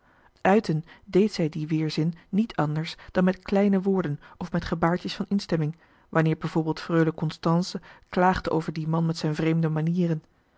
uiten deed zij dien weerzin niet anders dan met kleine woorden of met gebaartjes van instemming wanneer bijvoorbeeld freule constance klaagde over dien man zijn vreemde mânieren